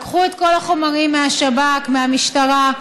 לקחו את כל החומרים מהשב"כ, מהמשטרה.